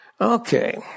Okay